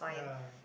ya